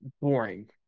boring